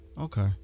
Okay